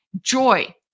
joy